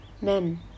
men